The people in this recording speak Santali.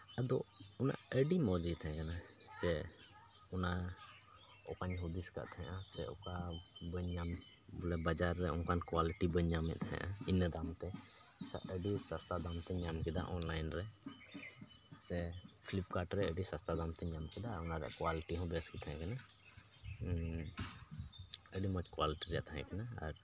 ᱟᱫᱚ ᱚᱱᱟ ᱟᱹᱰᱤ ᱢᱚᱡᱽ ᱜᱮ ᱛᱟᱦᱮᱸ ᱠᱟᱱᱟ ᱥᱮ ᱚᱱᱟ ᱚᱠᱟᱧ ᱦᱩᱫᱤᱥ ᱠᱟᱜ ᱛᱟᱦᱮᱸᱜᱼᱟ ᱥᱮ ᱚᱠᱟ ᱵᱟᱹᱧ ᱧᱟᱢ ᱞᱮᱫᱟ ᱵᱟᱡᱟᱨ ᱨᱮ ᱚᱱᱠᱟᱱ ᱠᱳᱣᱟᱞᱤᱴᱤ ᱵᱟᱹᱧ ᱞᱮᱫ ᱛᱟᱦᱮᱸᱜᱼᱟ ᱤᱱᱟᱹᱜ ᱫᱟᱢ ᱛᱮ ᱟᱨ ᱟᱹᱰᱤ ᱥᱚᱥᱛᱟ ᱫᱟᱢ ᱛᱤᱧ ᱧᱟᱢ ᱠᱮᱫᱟ ᱚᱱᱞᱟᱭᱤᱱ ᱨᱮ ᱥᱮ ᱯᱷᱤᱞᱤᱯᱠᱟᱨᱴ ᱨᱮ ᱟᱹᱰᱤ ᱥᱚᱥᱛᱟ ᱫᱟᱢ ᱛᱤᱧ ᱧᱟᱢ ᱠᱮᱫᱟ ᱚᱱᱟ ᱨᱮᱭᱟᱜ ᱠᱚᱣᱟᱞᱤᱴᱤ ᱦᱚᱸ ᱵᱮᱥ ᱜᱮ ᱛᱟᱦᱮᱸ ᱠᱟᱱᱟ ᱟᱹᱰᱤ ᱢᱚᱡᱽ ᱠᱚᱣᱟᱞᱤᱴᱤ ᱨᱮᱭᱟᱜ ᱛᱟᱦᱮᱸ ᱠᱟᱱᱟ ᱟᱨ